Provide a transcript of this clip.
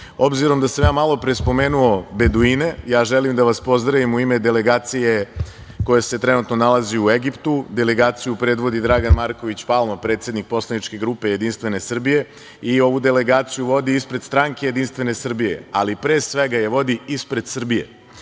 obzirom na to da sam malopre spomenuo beduine, želim da vas pozdravim u ime delegacije koja se trenutno nalazi u Egiptu. Delegaciju predvodi Dragan Marković Palma, predsednik poslaničke grupe JS, i ovu delegaciju vodi ispred stranke JS, ali pre svega je vodi ispred Srbije.